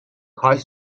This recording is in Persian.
کاش